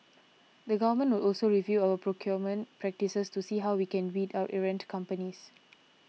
the Government will also review our procurement practices to see how we can weed out errant companies